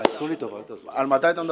על מתי אתה מדבר?